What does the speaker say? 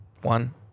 one